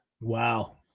Wow